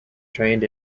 trained